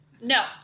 No